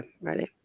ready